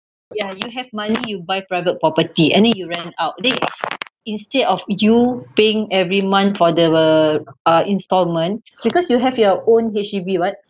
ya you have money you buy private property and then you rent out they instead of you paying every month for the uh uh instalments because you have your own H_D_B [what]